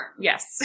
Yes